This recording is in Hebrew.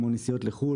כמו נסיעות לחו"ל,